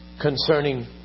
concerning